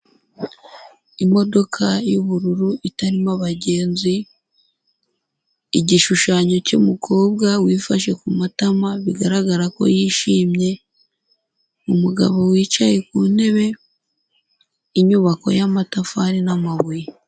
Imodoka y'ubururu itarimo abagenzi, igishushanyo cy'umukobwa wifashe ku matama, bigaragara ko yishimye, umugabo wicaye ku ntebe, inyubako y'amatafari n'amabuye.